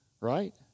Right